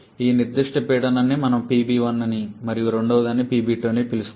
ఈ నిర్దిష్ట పీడనం ని మనం PB1 అని మరియు రెండవదాన్ని PB2 అని పిలుస్తాము